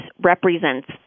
represents